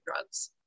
drugs